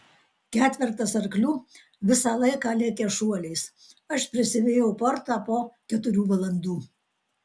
ketvertas arklių visą laiką lėkė šuoliais aš prisivijau portą po keturių valandų